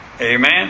Amen